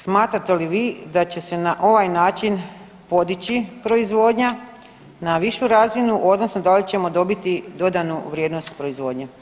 Smatrate li vi da će se na ovaj način podići proizvodnja na višu razinu odnosno da li ćemo dobiti dodanu vrijednost proizvodnje.